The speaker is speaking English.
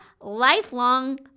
lifelong